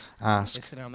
ask